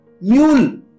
Mule